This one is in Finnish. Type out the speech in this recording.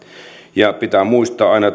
ja pitää muistaa aina